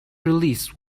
release